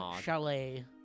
Chalet